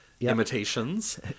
Imitations